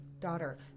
daughter